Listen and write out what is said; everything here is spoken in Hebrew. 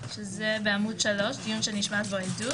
בעמ' 3 דיון שנשמע בעדות